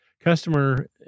customer